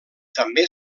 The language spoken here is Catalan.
també